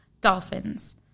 dolphins